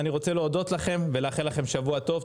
אני רוצה להודות לכם ולאחל לכם שבוע טוב.